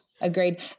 Agreed